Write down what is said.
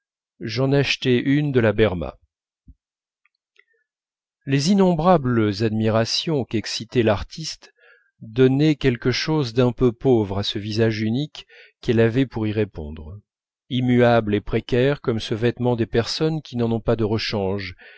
j'en achetai une de la berma les innombrables admirations qu'excitait l'artiste donnaient quelque chose d'un peu pauvre à ce visage unique qu'elle avait pour y répondre immuable et précaire comme ce vêtement des personnes qui n'en ont pas de rechange